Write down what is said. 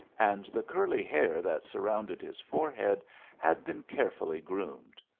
and the curly hair that surrounded his forehead had been carefully groomed.